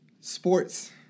sports